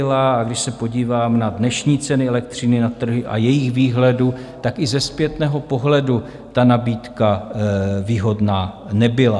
A když se podívám na dnešní ceny elektřiny na trhu a jejich výhledu, tak i ze zpětného pohledu ta nabídka výhodná nebyla.